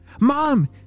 mom